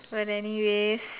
but anyways